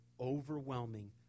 overwhelming